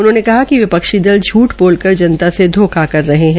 उन्होंने कहा कि विपक्षी दल झूठ बोल कर जनता से घोखा कर रहे है